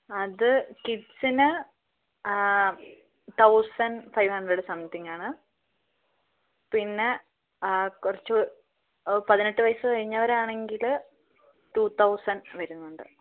അത് കിഡ്സിന് thousand five hundred something ആണ് പിന്നെ കുറച്ചു പതിനെട്ട് വയസ്സ് കഴിഞ്ഞവരാണ് എങ്കിൽ ടു തൗസൻഡ് വരുന്നുണ്ട്